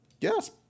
Yes